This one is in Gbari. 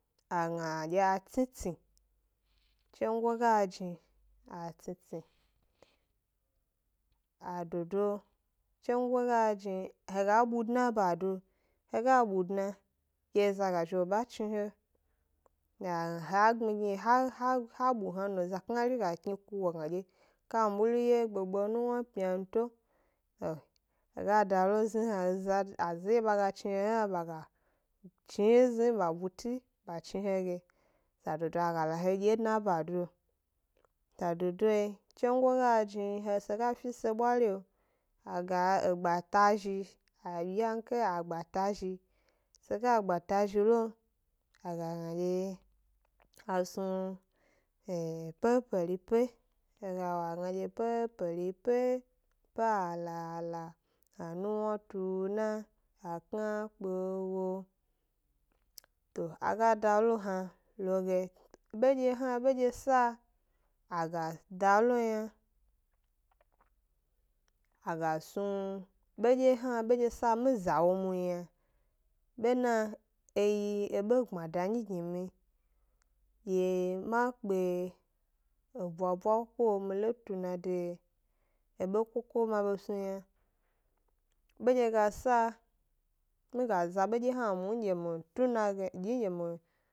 A gna ɗye a tsni tsni, tsongo ga jni, a tsitsi a dodo tsongo ga jni he ga ɓu dna ba do ha ga ɓu dna ke eza ga zhi wo ɓa chni he, he ga gna ha gbmigni ha ha ha ɓu hna no za knari ga kni ku wo gna ɗye kawulu 'wye gbegbe nuwna pynanto, he ga da lo ezni hna eza, azanɗye ɓa ga chni he hna ɓa ga chni zni ba bu 'tsi ɓa chni he ge, sadodo a ga la he ɗye dna bado, sadodo yi tsongo ga jni se ga fi he se ɓwari o a ga egba ta zhi aɓyiyanke a gba ta zhi, se ga gba ta zhi lo aga gna ɗye a snu e pe-peripe, he ga wo a gna ɗye p-peripe pa lala ha nuwna tu na a kna kpe wo, to a ga da lo hna lo ge, ɓeɗye hna ɓeɗye sa a ga da lo yna, a ga snu beɗye hna beɗye sa mi za wo mu m yna, ɓena e yi eɓe gbmada nyi gi mi ɗye ma kpe ebwabwa, ko mi lo tuna de eɓe koko ma ɓe snu yna, beɗye ga sa mi ga za ɓeɗye hna mu m ge mi tuna ge ɗywi ge mi